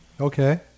Okay